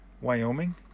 Wyoming